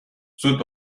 زود